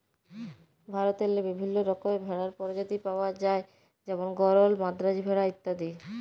ভারতেল্লে বিভিল্ল্য রকমের ভেড়ার পরজাতি পাউয়া যায় যেমল গরল, মাদ্রাজি ভেড়া ইত্যাদি